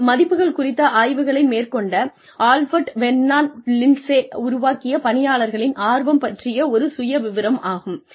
இது மதிப்புகள் குறித்த ஆய்வுகளை மேற்கொண்ட ஆல்போர்ட் வெர்னான் லிண்ட்சே உருவாக்கிய பணியாளர்களின் ஆர்வம் பற்றிய ஒரு சுயவிவரம் ஆகும்